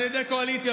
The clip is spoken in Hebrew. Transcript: איזה קואליציה?